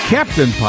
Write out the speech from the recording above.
Captain